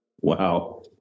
Wow